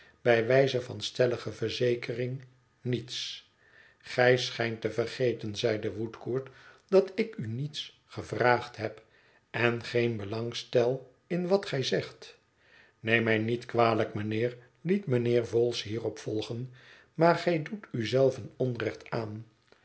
bij wijze van stellige verzekering niets gij schijnt te vergeten zeide woodcourt dat ik u niets gevraagd heb en geen belang stel in wat gij zegt neem mij niet kwalijk mijnheer liet mijnheer vholes hierop volgen maar gij doetu zélven onrecht aan